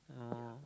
oh